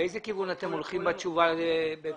לאיזה כיוון אתם הולכים בתשובה לבית המשפט?